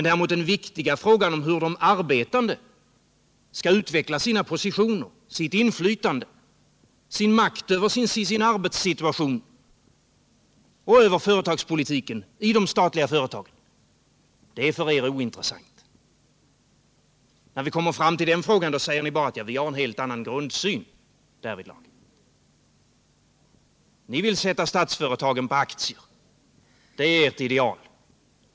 Däremot är den viktiga frågan om hur de arbetande skall utveckla sina positioner, sitt inflytande, sin makt över arbetssituationen och över företagspolitiken i de statliga företagen för er ointressant. När vi kommer fram till den frågan säger ni bara att vi har en helt annan grundsyn därvidlag. Ni vill sätta statsföretagen på aktier — det är ert ideal.